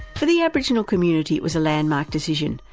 for the aboriginal community it was a landmark decision,